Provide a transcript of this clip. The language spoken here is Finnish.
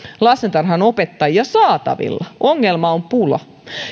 lastentarhanopettajia saatavilla ongelma on pula